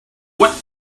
what